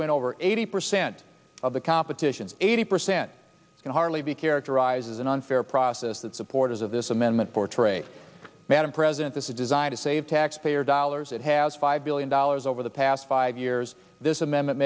went over eighty percent of the competition eighty percent can hardly be characterized as an unfair process that supporters of this amendment portray madam president this is designed to save taxpayer dollars it has five billion dollars over the past five years this amendment